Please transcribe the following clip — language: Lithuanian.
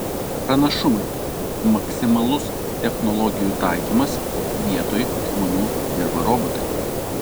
pranašumai maksimalus technologijų taikymas vietoj žmonių dirba robotai